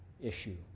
issue